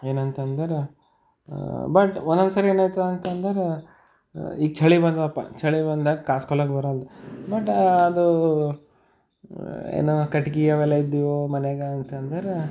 ಏನಂತ ಅಂದರು ಬಟ್ ಒಂದೊಂದು ಸರಿ ಏನಾಯ್ತದ ಅಂತ ಅಂದರೆ ಈಗ ಚಳಿ ಬಂದದಪ್ಪ ಚಳಿ ಬಂದಾಗ ಕಾಸ್ಕೊಳ್ಳೋಕೆ ಬರಲ್ದು ಬಟ್ ಅದು ಏನು ಕಟ್ಗೆ ಅವೆಲ್ಲ ಇದ್ದವು ಮನೆಗೆ ಅಂತ ಅಂದರೆ